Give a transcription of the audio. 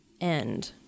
end